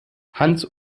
hans